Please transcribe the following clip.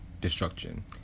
destruction